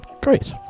Great